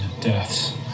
deaths